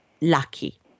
lucky